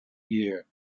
year